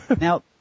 Now